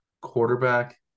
quarterback